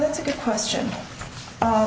that's a good question